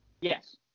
Yes